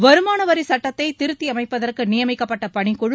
வருமான வரிச் சட்டத்தை திருத்தியமைப்பதற்கு நியமிக்கப்பட்ட பணிக்குழு